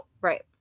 Right